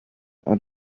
out